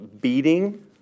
beating